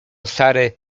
sary